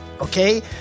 okay